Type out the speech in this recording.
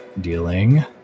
Dealing